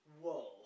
whoa